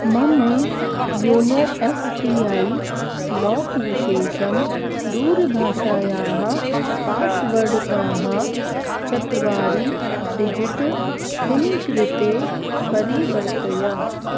मम YONO S B I lock विशेषं दूरभाषायाः पास्वर्ड्तः चत्वारि डिजिट् पिन् कृते परिवर्तय